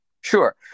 Sure